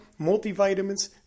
multivitamins